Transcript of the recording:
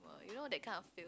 you know that kind of